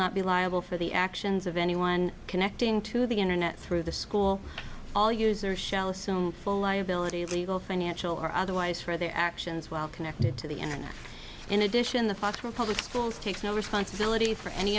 not be liable for the actions of anyone connecting to the internet through the school all user shelves full liability legal financial or otherwise for their actions while connected to the internet in addition the public schools takes no responsibility for any